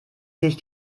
sich